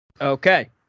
Okay